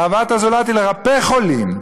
אהבת הזולת היא לרפא חולים,